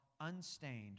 unstained